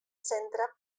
centra